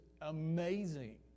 amazing